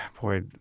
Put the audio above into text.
boy